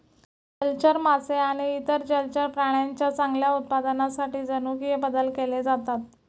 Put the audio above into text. जलचर मासे आणि इतर जलचर प्राण्यांच्या चांगल्या उत्पादनासाठी जनुकीय बदल केले जातात